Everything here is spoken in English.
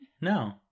no